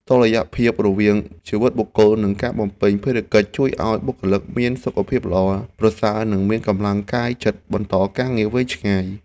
តុល្យភាពរវាងជីវិតបុគ្គល និងការបំពេញភារកិច្ចជួយឱ្យបុគ្គលិកមានសុខភាពល្អប្រសើរនិងមានកម្លាំងចិត្តបន្តការងារវែងឆ្ងាយ។